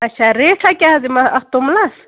اچھا ریٹھاہ کیٛاہ حظ یِمَن اَتھ توٚملَس